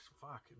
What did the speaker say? fuck